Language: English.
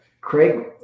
Craig